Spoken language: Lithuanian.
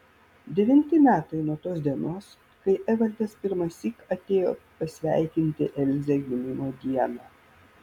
devinti metai nuo tos dienos kai evaldas pirmąsyk atėjo pasveikinti elzę gimimo dieną